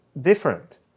different